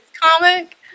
comic